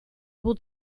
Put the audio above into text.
will